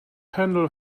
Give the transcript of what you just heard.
handle